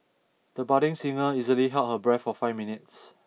the budding singer easily held her breath for five minutes